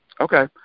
Okay